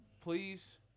Please